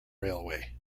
railway